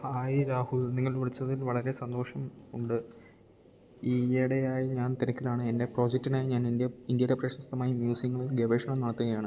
hi Rahul നിങ്ങൾ വിളിച്ചതിൽ വളരെ സന്തോഷം ഉണ്ട് ഈയിടെയായി ഞാൻ തിരക്കിലാണ് എന്റെ പ്രോജക്ടിനായി ഞാൻ ഇൻഡ്യയിലെ പ്രശസ്തമായ മ്യൂസിയങ്ങളിൽ ഗവേഷണം നടത്തുകയാണ്